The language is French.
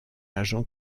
agent